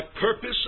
purpose